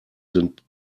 sind